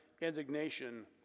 indignation